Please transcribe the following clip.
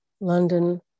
London